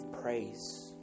praise